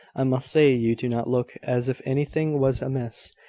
i must say you do not look as if anything was amiss.